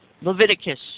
Leviticus